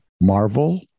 Marvel